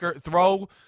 throw